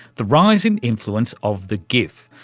the rise in influence of the gif,